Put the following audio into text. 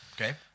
Okay